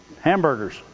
Hamburgers